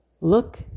Look